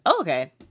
okay